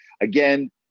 Again